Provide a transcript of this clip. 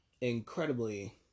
incredibly